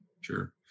sure